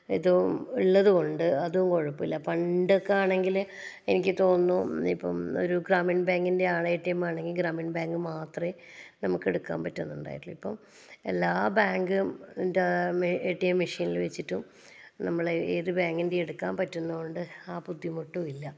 ഇതും ഉള്ളതുകൊണ്ട് അതും കുഴപ്പമില്ല പണ്ടൊക്കെ ആണെങ്കിൽ എനിക്ക് തോന്നുന്നു ഇപ്പം ഒരു ഗ്രാമീൺ ബാങ്കിൻ്റെ ആണേ എ ടി എം ആണെങ്കിൽ ഗ്രാമീൺ ബാങ്ക് മാത്രമേ നമുക്ക് എടുക്കാൻ പറ്റുന്നുണ്ടായിരുന്നുള്ളൂ ഇപ്പം എല്ലാ ബാങ്കിൻ്റെ എ ടി എം മെഷീനിൽ വെച്ചിട്ടും നമ്മൾ ഏത് ബാങ്കിൻ്റെയും എടുക്കാം പറ്റുന്നതുകൊണ്ട് ആ ബുദ്ധിമുട്ടും ഇല്ല